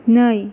नै